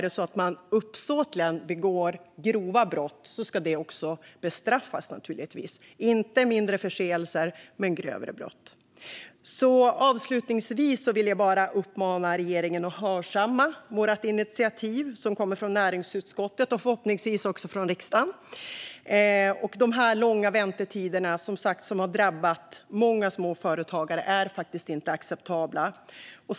Begår man uppsåtligen grova brott ska det naturligtvis också bestraffas. Det handlar inte om mindre förseelser utan om grövre brott. Avslutningsvis vill jag bara uppmana regeringen att hörsamma det initiativ som kommer från näringsutskottet och förhoppningsvis också riksdagen. De långa väntetider som, som sagt, har drabbat många små företagare är inte acceptabla.